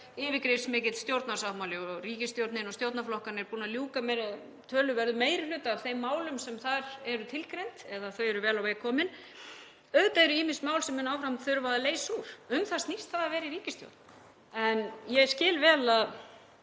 yfirgripsmikill stjórnarsáttmáli og ríkisstjórnin og stjórnarflokkarnir búnir að ljúka töluverðum meiri hluta af þeim málum sem þar eru tilgreind eða þau eru vel á veg komin. Auðvitað eru ýmis mál sem mun áfram þurfa að leysa úr. Um það snýst það að vera í ríkisstjórn. En ég skil vel að